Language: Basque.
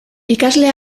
ikasle